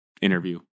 interview